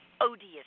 odious